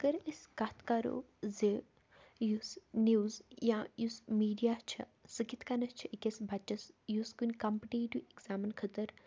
اگر أسۍ کَتھ کَرو زِ یُس نِوٕز یا یُس میٖڈیا چھِ سُہ کِتھ کٔنٮ۪تھ چھِ أکِس بَچَس یُس کُنہِ کَمپِٹیٹِو اٮ۪گزامَن خٲطرٕ